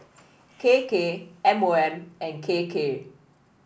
K K M O M and K K